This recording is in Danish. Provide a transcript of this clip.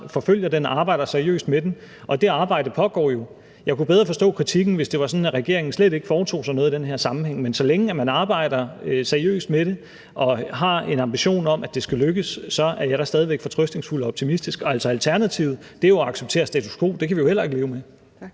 forfølger den og arbejder seriøst med den. Og det arbejde pågår jo. Jeg kunne bedre forstå kritikken, hvis det var sådan, at regeringen slet ikke foretog sig noget i den her sammenhæng. Men så længe man arbejder seriøst med det og har en ambition om, at det skal lykkes, er jeg da stadig væk fortrøstningsfuld og optimistisk. Og alternativet er jo altså at acceptere status quo. Det kan vi jo heller ikke leve med. Kl.